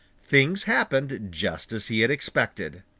things happened just as he had expected.